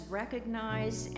recognize